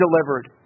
delivered